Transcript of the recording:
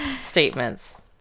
statements